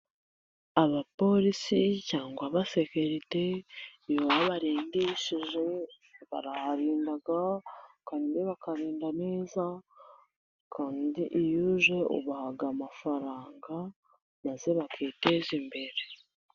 Abapolisi cyangwa abasekirite iyo babarindishije baraharinda, kandi bakarinda neza, kandi iyo uje ubaha amafaranga maze bakiteza imbere.